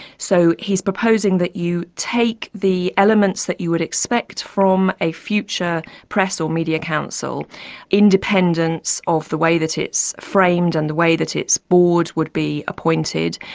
so he's proposing that you take the elements that you would expect from a future press or media council independence of the way that it's framed and the way that its board would be appointed,